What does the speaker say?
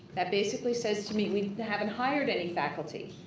that basically says to me, we haven't hired any faculty.